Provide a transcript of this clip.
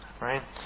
right